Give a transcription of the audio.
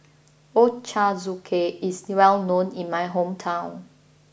Ochazuke is well known in my hometown